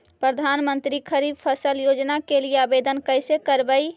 प्रधानमंत्री खारिफ फ़सल योजना के लिए आवेदन कैसे करबइ?